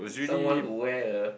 someone who wear a